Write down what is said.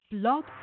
blog